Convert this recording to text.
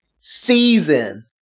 season